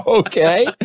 okay